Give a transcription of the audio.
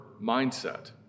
mindset